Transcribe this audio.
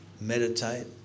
Meditate